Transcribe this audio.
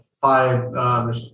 five